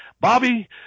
Bobby